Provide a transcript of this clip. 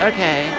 Okay